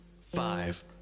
five